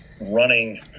running